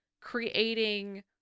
creating